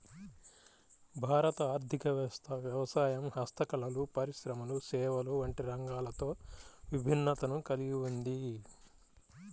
భారత ఆర్ధిక వ్యవస్థ వ్యవసాయం, హస్తకళలు, పరిశ్రమలు, సేవలు వంటి రంగాలతో విభిన్నతను కల్గి ఉంది